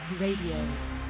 Radio